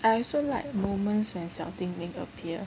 I also like moments when 小叮铃 appear